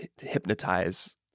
hypnotize